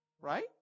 Right